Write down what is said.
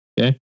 okay